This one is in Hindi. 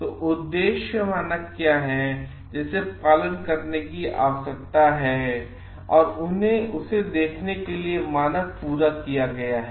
तो उद्देश्य मानक क्या है जैसे पालन करने की आवश्यकता है जैसे उन्हें देखने के लिए कि मानक पूरा किया गया है